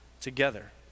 together